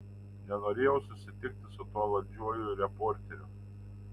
nenorėjau susitikti su tuo landžiuoju reporteriu